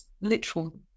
literal